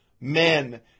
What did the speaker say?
Men